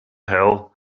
hill